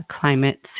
climate